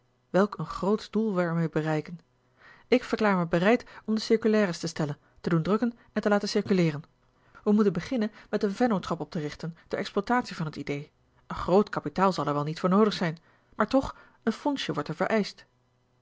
welk een grootsch doel wij er mee bereiken ik verklaar mij bereid om de circulaires te stellen te doen drukken en te laten circuleeren wij moeten beginnen met eene vennootschap op te richten ter exploitatie van het idée een groot kapitaal zal er wel niet voor noodig zijn maar toch een fondsje wordt er vereischt